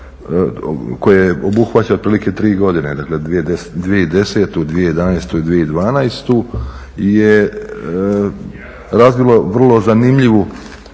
koje obuhvaća otprilike tri godine, dakle 2010., 2011.i 2012.je razvilo vrlo zanimljivu